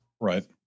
Right